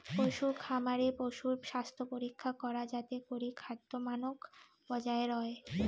পশুখামারে পশুর স্বাস্থ্যপরীক্ষা করা যাতে করি খাদ্যমানক বজায় রয়